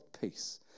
peace